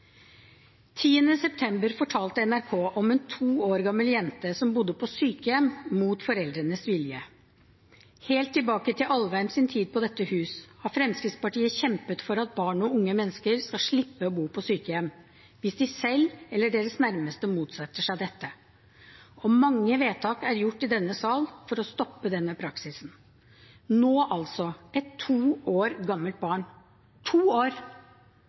september fortalte NRK om en to år gammel jente som bodde på sykehjem mot foreldrenes vilje. Helt tilbake til Alvheims tid på dette hus har Fremskrittspartiet kjempet for at barn og unge mennesker skal slippe å bo på sykehjem hvis de selv eller deres nærmeste motsetter seg dette. Og mange vedtak er gjort i denne sal for å stoppe denne praksisen. Nå er det altså et to år gammelt barn. To år!